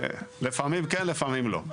לפעמים כן, לפעמים לא.